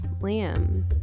lamb